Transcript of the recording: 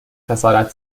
خسارت